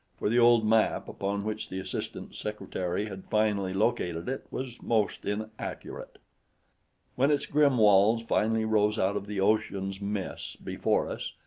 for the old map upon which the assistant secretary had finally located it was most inaccurate. when its grim walls finally rose out of the ocean's mists before us,